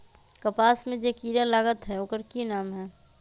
कपास में जे किरा लागत है ओकर कि नाम है?